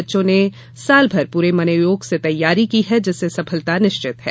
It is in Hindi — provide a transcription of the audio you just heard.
बच्चों ने साल भर पूरे मनोयोग से तैयारी की है जिससे सफलता निश्चित है